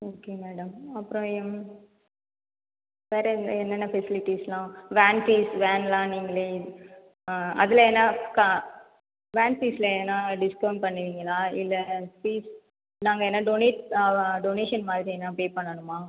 okay madam அப்புறம் எம் வேறு என்னென்ன ஃபெசிலிட்டிஸ்லாம் வேன் ஃபீஸ் வேன்லாம் நீங்களே அதில் என்ன க வேன் ஃபீஸில் எதனா டிஸ்கௌண்ட் பண்ணுவீங்களா இல்லை ஃபீஸ் நாங்கள் எதனா டொனேட் டொனேஷன் மாதிரி எதனா பே பண்ணணுமா